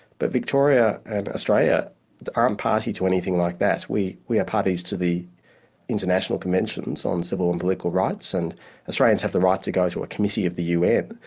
but victoria and australia aren't party to anything like that. we we are parties to the international conventions on civil and political rights, and australians have the right to go to a committee of the un,